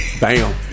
Bam